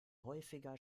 häufiger